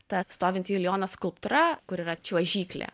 ta stovinti julijono skulptūra kur yra čiuožyklė